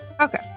okay